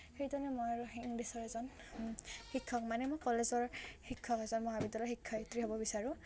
সেইদৰে মই আৰু ইংলিছৰ এজন শিক্ষক মানে মই কলেজৰ শিক্ষক এজন মহাবিদ্যালয়ৰ শিক্ষয়ত্ৰী হ'ব বিচাৰোঁ